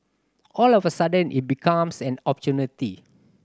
all of a sudden it becomes an opportunity